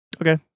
Okay